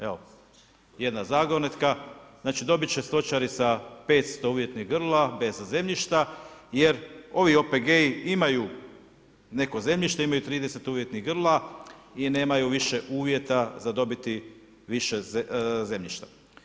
Evo jedna zagonetka, znači dobit će stočari sa 500 uvjetnih grla bez zemljišta jer ovi OPG-i imaju neko zemljište, imaju 30 uvjetnih grla i nemaju više uvjeta za dobiti više zemljišta.